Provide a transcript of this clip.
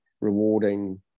rewarding